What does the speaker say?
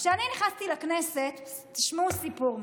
כשאני נכנסתי לכנסת, תשמעו סיפור,